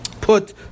put